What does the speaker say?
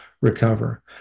recover